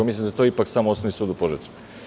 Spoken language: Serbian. Mislim da je to ipak samo Osnovni sud u Požarevcu.